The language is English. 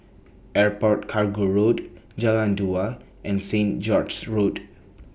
Airport Cargo Road Jalan Dua and Saint George's Road